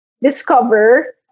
discover